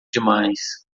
demais